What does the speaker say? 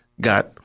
got